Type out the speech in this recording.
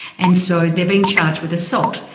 and so they've being charged with assault,